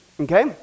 Okay